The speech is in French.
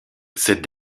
cette